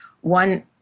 one